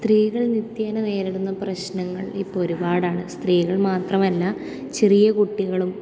സ്ത്രീകൾ നിത്യേന നേരിടുന്ന പ്രശ്നങ്ങൾ ഇപ്പോൾ ഒരുപാടാണ് സ്ത്രീകൾ മാത്രമല്ല ചെറിയ കുട്ടികളും